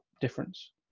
difference